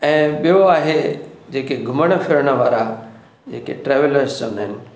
ऐं ॿियो आहे जेके घुमणु फिरणु वारा जेके ट्रैवलर्स चवंदा आहिनि